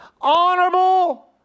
honorable